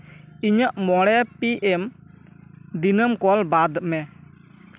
ᱤᱧᱟᱹᱜ ᱢᱚᱬᱮ P M ᱫᱤᱱᱟᱹᱢ ᱠᱚᱞ ᱵᱟᱫ ᱢᱮ